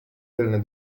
tylne